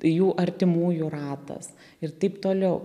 jų artimųjų ratas ir taip toliau